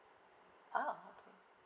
ah okay